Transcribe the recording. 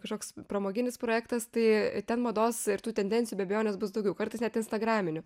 kažkoks pramoginis projektas tai ten mados ir tų tendencijų be abejonės bus daugiau kartais net instagraminių